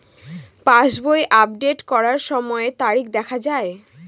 পাসবই update করার সময়ে তারিখ দেখা য়ায়?